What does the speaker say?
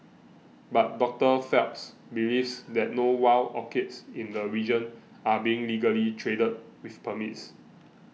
but Doctor Phelps believes that no wild orchids in the region are being legally traded with permits